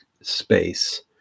space